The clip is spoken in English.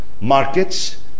Markets